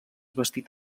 bastit